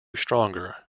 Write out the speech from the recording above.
stronger